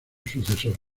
sucesor